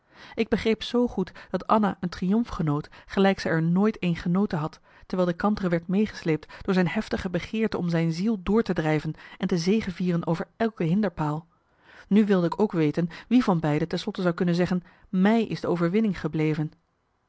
ik begreep zoo goed dat anna een triomf genoot gelijk zij er nooit een genoten had terwijl de kantere werd meegesleept door zijn heftige begeerte om zijn wil door te drijven en te zegevieren over elke hinderpaal nu wilde ik ook weten wie van beiden ten slotte zou kunnen zeggen mij is de overwinning gebleven